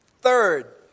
third